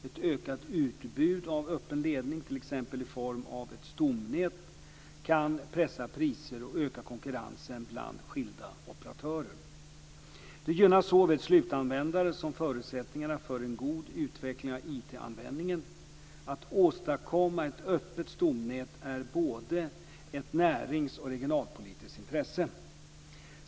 Ett ökat utbud av öppen ledning t.ex. i form av ett stomnät kan pressa priser och öka konkurrensen bland skilda operatörer. Det gynnar såväl slutanvändarna som förutsättningarna för en god utveckling av IT-användningen. Att åstadkomma ett öppet stomnät är både ett närings och ett regionalpolitiskt intresse.